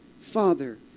Father